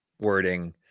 wording